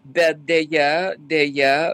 bet deja deja